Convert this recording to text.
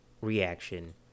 reaction